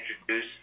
introduce